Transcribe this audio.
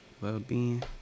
well-being